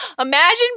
Imagine